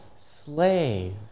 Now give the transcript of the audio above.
slave